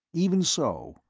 even so,